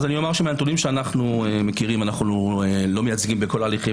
מהנתונים שאנו מכירים אנו לא מייצגים בכל ההליכים